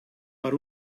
per